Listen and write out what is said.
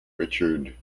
richard